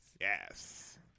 Yes